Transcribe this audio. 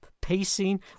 pacing